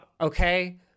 Okay